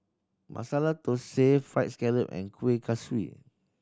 Masala Thosai Fried Scallop and Kuih Kaswi